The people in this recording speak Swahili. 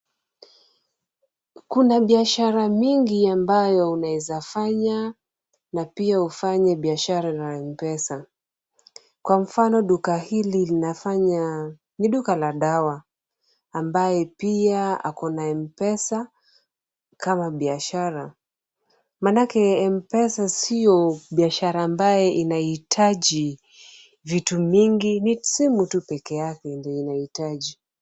Kuna biashara mingi ambayo unaweza fanya na pia ufanye biashara na M-Pesa. Kwa mfano, duka hili linafanya ni duka la dawa, ambaye pia akona M-Pesa kama biashara. Maanake, M-Pesa sio biashara ambaye inahitaji vitu mingi ni simu peke yake ndiyo inahitaji.